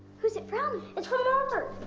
who's it from and from walter.